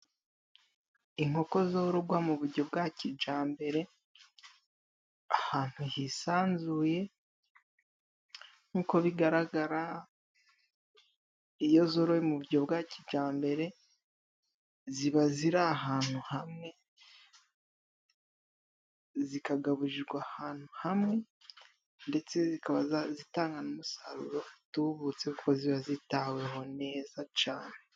Inkoko zorogwa mu bujyo bwa kijambere ahantu hisanzuye. Nk'uko bigaragara iyo zorowe mu uburyo bwa kijambere ziba ziri ahantu hamwe, zikagaburirwa ahantu hamwe, ndetse zikaba zitanga n'umusaruro utubutse kuko ziba zitawe ho neza cane.